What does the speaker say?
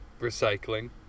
recycling